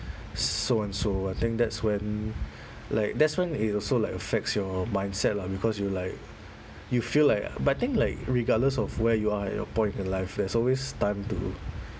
so and so I think that's when like that's when it also like affects your mindset lah because you like you feel like but I think like regardless of where you are at your point in life there's always time to